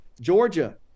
Georgia